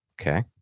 Okay